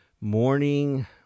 morning